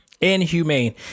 inhumane